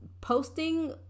posting